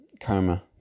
karma